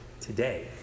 today